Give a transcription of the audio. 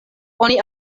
oni